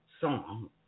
song